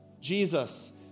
Jesus